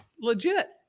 legit